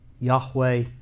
Yahweh